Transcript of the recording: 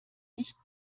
nicht